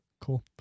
Cool